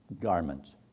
garments